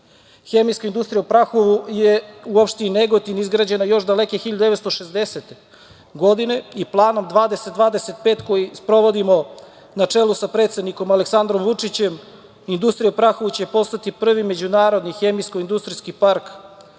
Hemijska industrija u Prahovu je u opštini Negotin izgrađena još daleke 1960. godine i Planom 2025, koji sprovodimo na čelu sa predsednikom Aleksandrom Vučićem, industrija u Prahovu će postati prvi međunarodni hemijsko-industrijski park